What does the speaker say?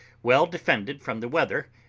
well defended from the weather,